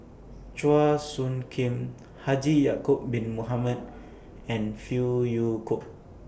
Chua Soo Khim Haji Ya'Acob Bin Mohamed and Phey Yew Kok